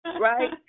right